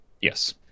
Yes